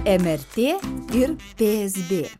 mrt ir psd